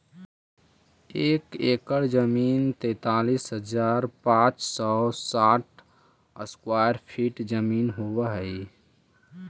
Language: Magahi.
एक एकड़ जमीन तैंतालीस हजार पांच सौ साठ स्क्वायर फीट जमीन होव हई